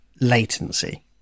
latency